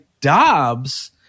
Dobbs